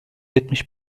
yetmiş